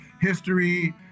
history